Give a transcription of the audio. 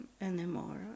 anymore